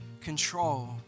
control